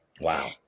wow